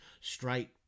straight